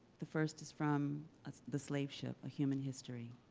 the first is from ah the slave ship a human history.